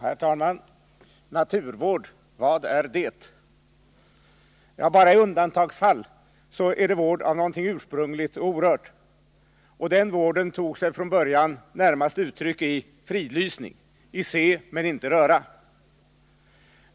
Herr talman! Naturvård — vad är det? Bara i undantagsfall är det vård av något ursprungligt och orört, och den vården tog sig från början uttryck i fridlysning, i se men inte röra.